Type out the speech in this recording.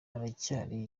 haracyari